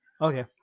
Okay